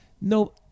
No